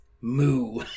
moo